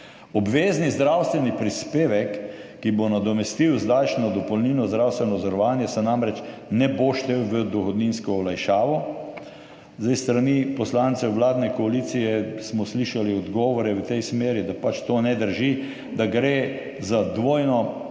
Obvezni zdravstveni prispevek, ki bo nadomestil zdajšnjo dopolnilno zdravstveno zavarovanje, se namreč ne bo štel v dohodninsko olajšavo. S strani poslancev vladne koalicije smo zdaj slišali odgovore v tej smeri, da pač to ne drži, da ne gre za dvojno